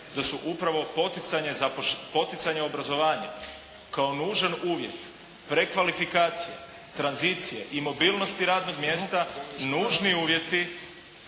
da su upravo poticanje obrazovanja kao nužan uvjet prekvalifikacije, tranzicije i mobilnosti radnog mjesta nužni uvjeti